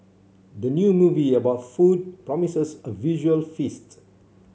the new movie about food promises a visual feast